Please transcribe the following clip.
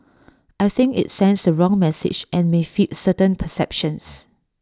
I think IT sends the wrong message and may feed certain perceptions